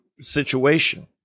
situation